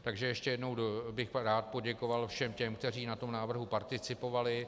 Takže ještě jednou bych rád poděkoval všem těm, kteří na tom návrhu participovali.